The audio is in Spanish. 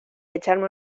echarme